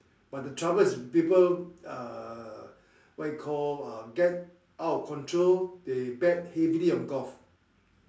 but the trouble is people uh what you call get out of control they bet heavily on golf